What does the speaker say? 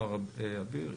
מר אביר,